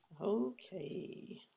Okay